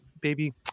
baby